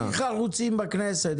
הכי חרוצים בכנסת,